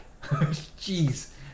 Jeez